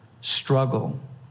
struggle